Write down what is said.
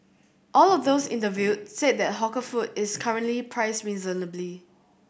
all of those interviewed said that hawker food is currently priced reasonably